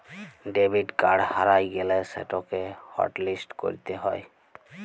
debit card হারাঁয় গ্যালে সেটকে হটলিস্ট ক্যইরতে হ্যয়